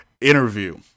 interview